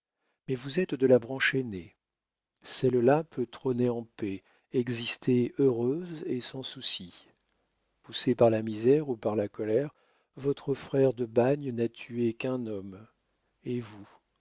mais vous êtes de la branche aînée celle-là peut trôner en paix exister heureuse et sans soucis poussé par la misère ou par la colère votre frère de bagne n'a tué qu'un homme et vous